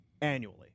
annually